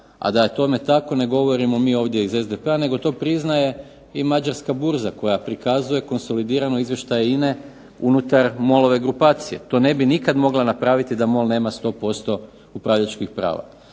da je tome tako to ne govorimo mi ovdje iz SDP-a nego to priznaje Mađarska burza koja prikazuje konsolidirano izvještaj INA-e unutar MOL-ove grupacije, to ne bi nikada mogla napraviti da MOL nema 100% upravljačkih prava.